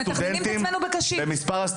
מתכננים את עצמנו בקשית.